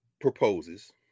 proposes